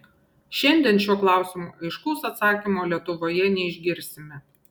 šiandien šiuo klausimu aiškaus atsakymo lietuvoje neišgirsime